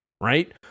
right